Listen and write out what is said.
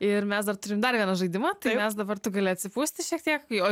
ir mes dar turim dar vieną žaidimą tai mes dabar tu gali atsipūsti šiek tiek jo